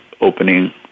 opening